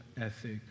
ethic